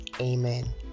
Amen